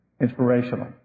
inspirational